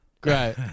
Great